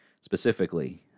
specifically